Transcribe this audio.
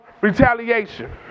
retaliation